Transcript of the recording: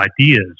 ideas